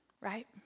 right